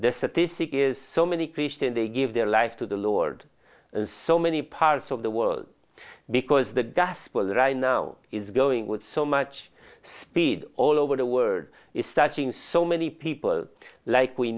the statistic is so many christian they give their life to the lord and so many parts of the world because the gospel right now is going with so much speed all over the world is touching so many people like we